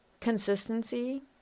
Consistency